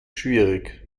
schwierig